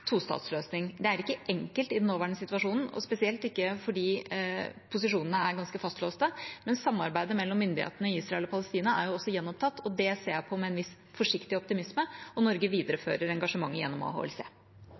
tostatsløsning. Det er ikke enkelt i den nåværende situasjonen, og spesielt ikke fordi posisjonene er ganske fastlåste. Men samarbeidet mellom myndighetene i Israel og Palestina er jo også gjenopptatt, og det ser jeg på med en viss forsiktig optimisme. Og Norge